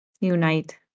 unite